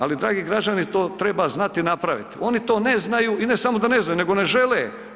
Ali dragi građani, to treba znati napraviti, oni to ne znaju i ne samo da ne znaju nego ne žele.